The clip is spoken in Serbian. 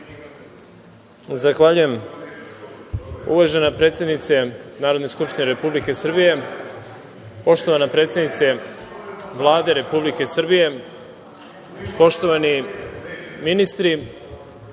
Zahvaljujem. Uvažena predsednice Narodne skupštine Republike Srbije, poštovana predsednice Vlade Republike Srbije, poštovani ministri,